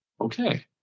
Okay